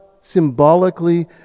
symbolically